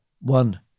one